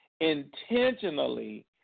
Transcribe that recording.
intentionally